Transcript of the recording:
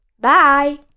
Bye